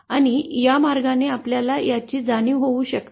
आणि या मार्गाने आपल्याला याची जाणीव होऊ शकते